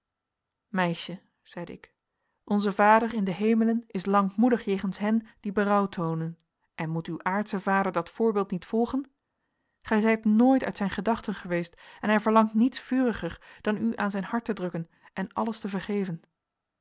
meisje zeide ik onze vader in de hemelen is lankmoedig jegens hen die berouw toonen en moet uw aardsche vader dat voorbeeld niet volgen gij zijt nooit uit zijn gedachten geweest en hij verlangt niets vuriger dan u aan zijn hart te drukken en alles te vergeven